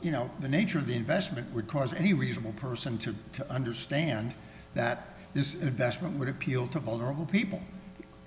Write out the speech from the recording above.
you know the nature of the investment would cross any reasonable person to understand that this investment would appeal to vulnerable people